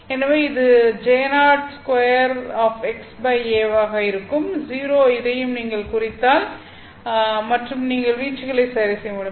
எனவே இது J02 xa ஆக இருக்கும் o இதையும் நீங்கள் குறித்தால் மற்றும் நீங்கள் வீச்சுகளை சரிசெய்ய முடியும்